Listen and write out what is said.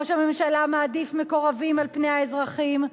ראש הממשלה מעדיף מקורבים על פני האזרחים.